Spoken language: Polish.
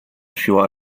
siła